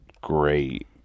great